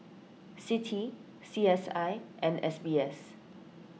Citi C S I and S B S